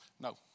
No